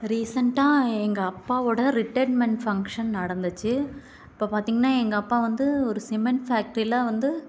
ரீசென்ட்டாக எங்கள் அப்பாவோட ரிட்டேர்மெண்ட் ஃபங்க்ஷன் நடந்துச்சு அப்போ பார்த்தீங்கன்னா எங்கள் அப்பா வந்து ஒரு சிமெண்ட் ஃபேக்ட்ரியில் வந்து